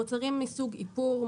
מוצרים מסוג איפור,